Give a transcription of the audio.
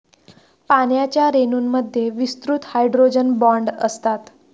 पाण्याच्या रेणूंमध्ये विस्तृत हायड्रोजन बॉण्ड असतात